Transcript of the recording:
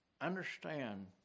understand